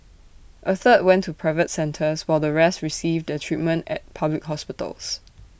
A third went to private centres while the rest received their treatment at public hospitals